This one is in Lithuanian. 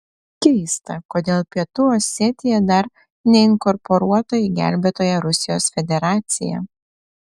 keista kodėl pietų osetija dar neinkorporuota į gelbėtoją rusijos federaciją